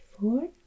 four